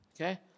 okay